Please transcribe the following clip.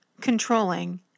controlling